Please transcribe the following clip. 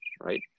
right